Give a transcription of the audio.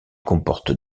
comporte